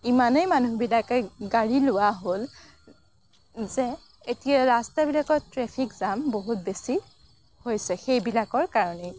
ইমানেই মানুহবিলাকে গাড়ী লোৱা হ'ল যে এতিয়া ৰাস্তাবিলাকত ট্ৰেফিক জাম বহুত বেছি হৈছে সেইবিলাকৰ কাৰণেই